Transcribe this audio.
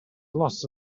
lost